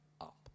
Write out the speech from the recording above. up